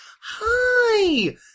Hi